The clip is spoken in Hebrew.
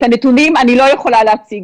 את הנתונים אני לא יכולה להשיג,